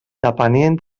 depenien